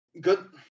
good